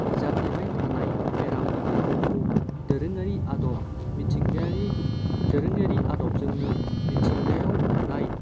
जाफ्लेबाय थानाय बेराम आजारफोरखौ दोरोङारि आदब मिथिंगायारि दोरोङारि आदबजोंनो मिथिंगायाव मोननाय